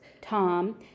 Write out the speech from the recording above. Tom